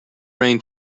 rain